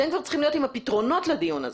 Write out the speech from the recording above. אתם כבר צריכים להיות עם הפתרונות לדיון הזה.